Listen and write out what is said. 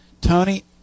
Tony